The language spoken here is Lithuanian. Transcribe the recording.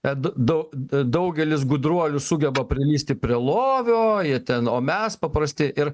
et d dau e daugelis gudruolių sugeba prilįsti prie lovio jie ten o mes paprasti ir